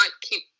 keep